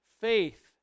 faith